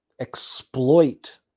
EXPLOIT